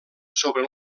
sobre